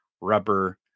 rubber